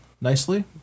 nicely